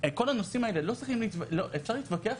כל הנושאים האלה, אפשר להתווכח.